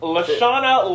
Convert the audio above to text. Lashana